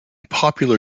popular